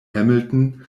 hamilton